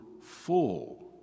full